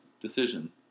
decision